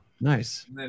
nice